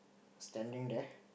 standing there